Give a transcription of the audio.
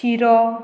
shero